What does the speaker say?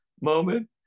moment